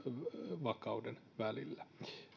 makrovakauden välillä